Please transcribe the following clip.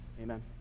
Amen